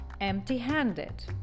Empty-handed